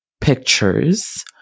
pictures